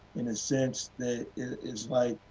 in a sense, that it is like,